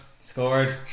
scored